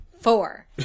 Four